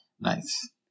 Nice